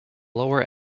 lower